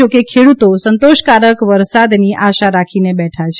જોકે ખેડૂતો સંતોષકારક વરસાદની આશા રાખીને બેઠા છે